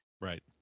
Right